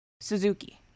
Suzuki